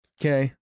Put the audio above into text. Okay